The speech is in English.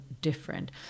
different